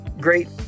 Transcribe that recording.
great